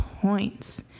points